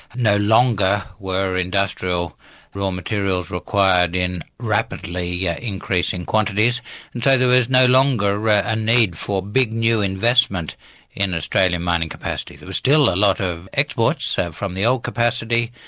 no longer were industrial raw materials required in rapidly yeah increasing quantities and kind of was no longer ah a need for big new investment in australian mining capacity. there was still a lot of exports from the old capacity,